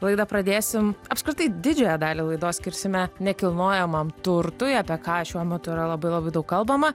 laidą pradėsim apskritai didžiąją dalį laidos skirsime nekilnojamam turtui apie ką šiuo metu yra labai labai daug kalbama